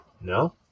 No